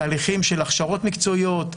תהליכים של הכשרות מקצועיות.